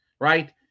right